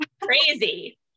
Crazy